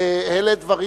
אלה דברים